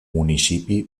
municipi